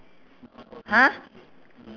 !huh!